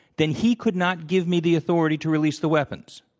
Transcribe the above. then he could not give me the authority to release the weapons.